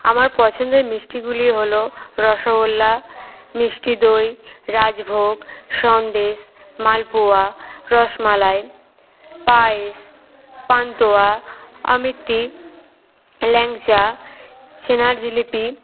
আমার পছন্দের মিষ্টিগুলি হলো রসগোল্লা মিষ্টি দই রাজভোগ সন্দেশ মালপোয়া রসমালাই পায়েস পান্তুয়া অমৃ্তি ল্যাংচা ছানার জিলিপি